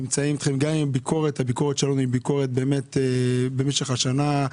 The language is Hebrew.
גם אם יש ביקורת במשך השנה,